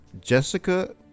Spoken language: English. Jessica